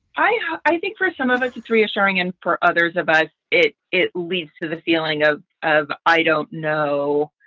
i i think for some of us, it's reassuring and for others about it, it leads to the feeling ah of i don't know.